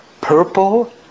purple